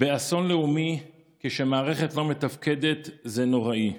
באסון לאומי, כשמערכת לא מתפקדת, זה נוראי.